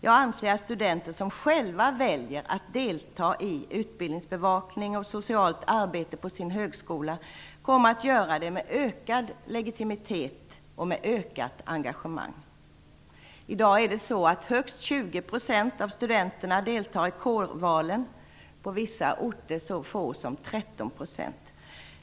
Jag anser att studenter som själva väljer att delta i utbildningsbevakning och socialt arbete på sin högskola kommer att göra det med ökad legitimitet och med ökat engagemang. I dag deltar högst 20 % av studenterna i kårvalen. På vissa orter är andelen så låg som 13 %.